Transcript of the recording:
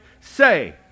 say